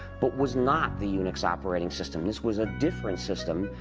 but was not the unix operating system. this was a different system.